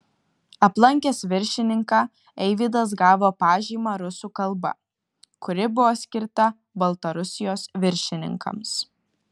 aplankęs viršininką eivydas gavo pažymą rusų kalba kuri buvo skirta baltarusijos viršininkams